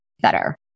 better